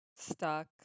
stuck